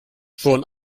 schon